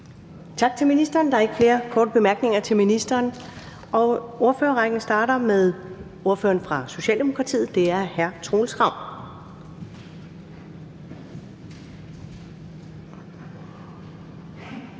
Tak til ministeren. Der er ikke flere korte bemærkninger til ministeren. Ordførerrækken starter med ordføreren fra Socialdemokratiet. Det er hr. Troels Ravn.